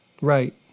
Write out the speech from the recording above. right